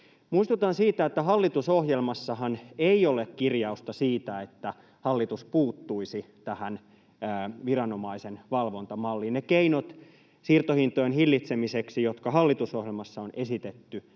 Muistutan siitä, että hallitusohjelmassahan ei ole kirjausta siitä, että hallitus puuttuisi tähän viranomaisen valvontamalliin. Ne keinot siirtohintojen hillitsemiseksi, jotka hallitusohjelmassa on esitetty,